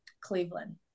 Cleveland